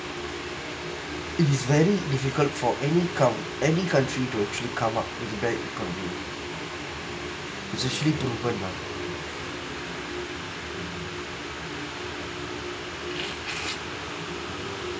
it is very difficult for any coun~ any country to actually come up with bad economy it's actually proven ah